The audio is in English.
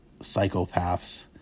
psychopaths